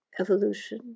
evolution